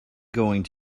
going